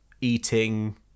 eating